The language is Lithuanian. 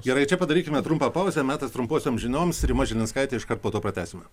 gerai čia padarykime trumpą pauzę metas trumposioms amžinoms rima žilinskaitė iškart po to pratęsime